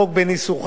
בניסוחה,